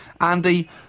Andy